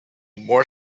more